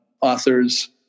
authors